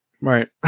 Right